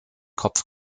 kopf